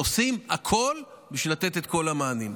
עושים הכול בשביל לתת את כל המענים.